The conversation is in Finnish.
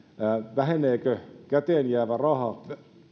väheneekö käteen jäävä raha